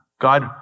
God